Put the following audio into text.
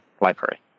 library